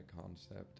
concept